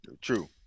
True